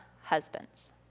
husbands